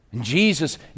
Jesus